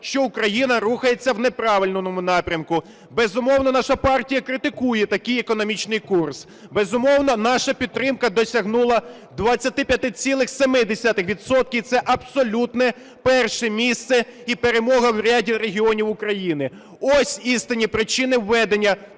що Україна рухається в неправильному напрямку. Безумовно, наша партія критикує такий економічний курс, безумовно, наша підтримка досягнула 25,7 відсотка, і це абсолютне перше місце і перемога в ряді регіонів України. Ось істинні причини введення